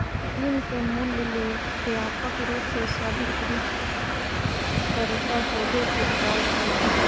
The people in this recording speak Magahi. ऋण के मूल्य ले व्यापक रूप से स्वीकृत तरीका होबो के कार्य हइ